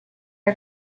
are